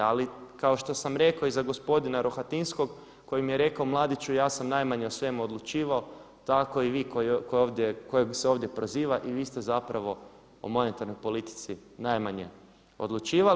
Ali kao što sam rekao i za gospodina Rohatinskog koji mi je rekao mladiću ja sam najmanje o svemu odlučivao, tako i vi kojeg se ovdje proziva i vi ste zapravo o monetarnoj politici najmanje odlučivali.